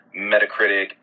Metacritic